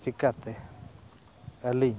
ᱪᱮᱠᱟᱛᱮ ᱟᱹᱞᱤᱧ